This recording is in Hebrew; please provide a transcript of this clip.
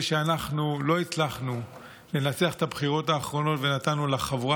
שאנחנו לא הצלחנו לנצח בבחירות האחרונות ונתנו לחבורה